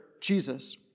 Jesus